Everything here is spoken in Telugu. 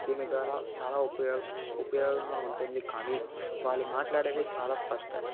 దీని ద్వారా చాలా ఉపయో ఉపయోగంగా ఉంటుంది కానీ వాళ్ళు మాట్లాడేవి చాలా స్పష్ట